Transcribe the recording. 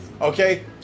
okay